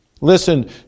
Listen